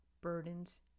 burdens